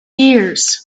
ears